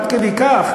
עד כדי כך.